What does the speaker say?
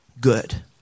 good